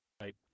right